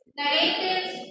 narratives